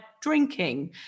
drinking